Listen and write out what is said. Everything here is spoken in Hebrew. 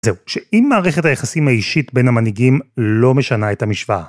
זהו, שאם מערכת היחסים האישית בין המנהיגים לא משנה את המשוואה.